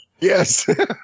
Yes